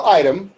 item